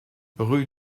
rue